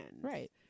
Right